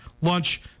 lunch